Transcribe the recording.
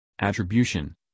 attribution